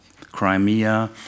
Crimea